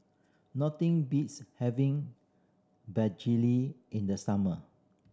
nothing beats having begedil in the summer